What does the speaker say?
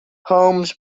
homes